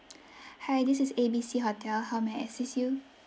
hi this is a b c hotel how may I assist you